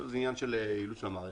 זה עניין של אילוץ של המערכת.